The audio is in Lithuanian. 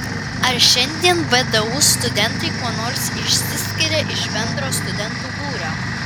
ar šiandien vdu studentai kuo nors išsiskiria iš bendro studentų būrio